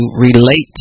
relate